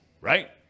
right